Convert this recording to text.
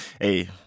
Hey